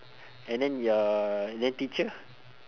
and then your then teacher